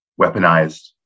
weaponized